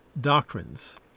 doctrines